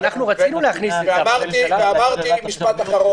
רצינו להכניס את זה, אבל הממשלה לא הסכימה.